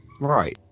right